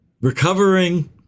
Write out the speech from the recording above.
recovering